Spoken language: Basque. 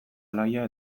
alaia